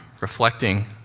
reflecting